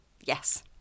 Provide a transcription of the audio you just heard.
Yes